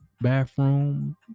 bathroom